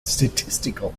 statistical